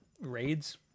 raids